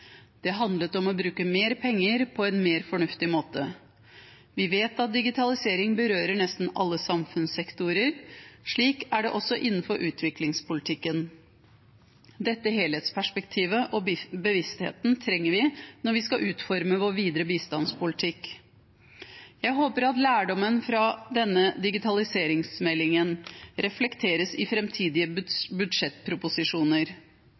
Det handlet om å bruke mer penger på en mer fornuftig måte. Vi vet at digitalisering berører nesten alle samfunnssektorer. Slik er det også innenfor utviklingspolitikken. Dette helhetsperspektivet og denne bevisstheten trenger vi når vi skal utforme vår videre bistandspolitikk. Jeg håper at lærdommen fra denne digitaliseringsmeldingen reflekteres i framtidige budsjettproposisjoner.